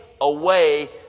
away